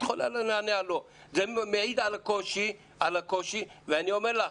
זה מעיד על הקושי ואני אומר לך,